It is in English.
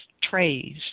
trays